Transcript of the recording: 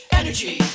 energy